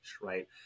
Right